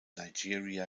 nigeria